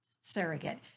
surrogate